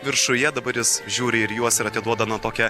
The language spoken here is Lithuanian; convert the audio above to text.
viršuje dabar jis žiūri ir į juos ir atiduoda na tokią